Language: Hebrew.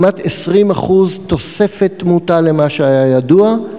כמעט 20% תוספת תמותה על מה שהיה ידוע,